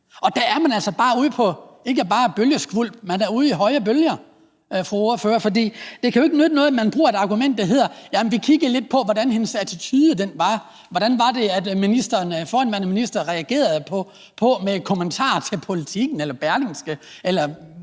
og der er man altså ikke bare ude i nogle bølgeskvulp, men man er ude i høje bølger, fru ordfører. For det kan jo ikke nytte noget, at man bruger et argument, der er: Jamen vi kiggede lidt på, hvordan hendes attitude var, hvordan den forhenværende minister reagerede på det med kommentarer til Politiken eller Berlingske, eller